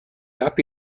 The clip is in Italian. api